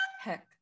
heck